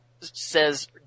says